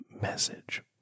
message